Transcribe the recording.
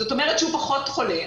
זאת אומרת שהוא פחות חולה,